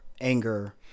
anger